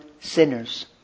sinners